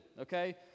okay